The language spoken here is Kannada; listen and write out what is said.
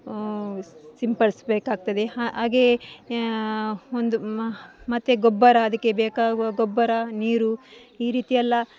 ಸಿಂಪಡಿಸಬೇಕಾಗ್ತದೆ ಹ ಹಾಗೆ ಒಂದು ಮತ್ತು ಗೊಬ್ಬರ ಅದಕ್ಕೆ ಬೇಕಾಗುವ ಗೊಬ್ಬರ ನೀರು ಈ ರೀತಿ ಎಲ್ಲ